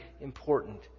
important